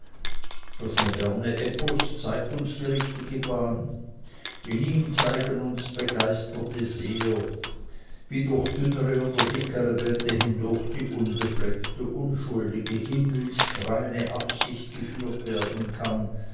das moderne epos zeigt uns die richtige bahn in ihm zeigen uns begeisterte seher wie durch dünnere oder dickere bände hindurch die unbefleckte unschuldige himmlischreine absicht geführt werden kann